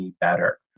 better